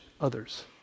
others